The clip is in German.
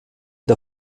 der